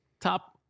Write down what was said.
Top